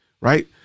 right